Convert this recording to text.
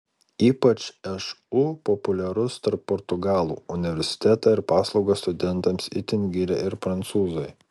ypač šu populiarus tarp portugalų universitetą ir paslaugas studentams itin giria ir prancūzai